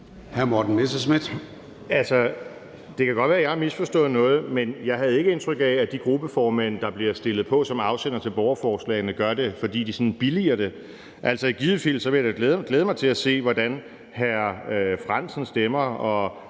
det kan godt være, at jeg har misforstået noget, men jeg havde ikke indtryk af, at de gruppeformænd, der bliver sat på som havende fremsat borgerforslagene, gør det, fordi de sådan billiger dem. I givet fald vil jeg da glæde mig til at se, hvordan hr. Henrik Frandsen stemmer,